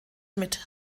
mit